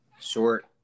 Short